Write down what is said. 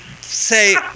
say